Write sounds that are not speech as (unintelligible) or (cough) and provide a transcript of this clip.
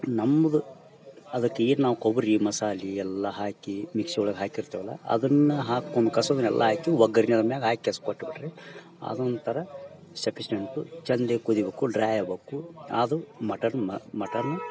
ನಮ್ಮದು ಅದಕ್ಕೆ ಏನು ನಾವು ಕೊಬ್ಬರಿ ಮಸಾಲೆ ಎಲ್ಲಾ ಹಾಕಿ ಮಿಕ್ಸಿ ಒಳಗೆ ಹಾಕಿರ್ತೇವಲ್ಲ ಅದನ್ನ ಹಕ್ಕೊಂದು (unintelligible) ಎಲ್ಲ ಹಾಕಿ ಒಗ್ಗರಣೆ ಒಮ್ಮೆಗಾಕೆಸ್ ಕೊಟ್ಬಿಟ್ರೆ ಅದು ಒಂಥರ ಸಫೀಶಿಯಂಟ್ ಚಂದಾಗಿ ಕುದಿಬಕು ಡ್ರೈ ಆಗ್ಬಕು ಅದು ಮಟನ್ ಮಟನ್